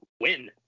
win